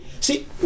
See